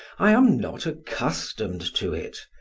i am not accustomed to it!